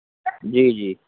جی جی